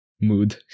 mood